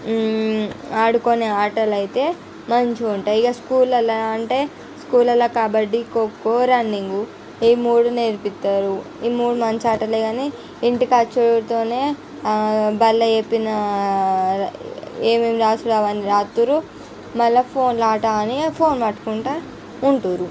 ఆడుకొనే ఆటలైతే మంచిగా ఉంటాయి ఇంక స్కూళ్ళల్లో అంటే స్కూళ్ళల్లో కబడ్డీ కోకో రన్నింగు ఈ మూడు నేర్పిత్తారు ఈ మూడు మంచి ఆటలే గానీ ఇంటి ఖర్చులుతోనే బళ్ళో చెప్పిన ఏమేమి రాసుడో అవన్నీ రాత్తుర్రు మళ్ళీ ఫోన్లో ఆట అని ఫోను పట్టుకుంటూ ఉంటున్నారు